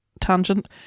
tangent